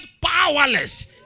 powerless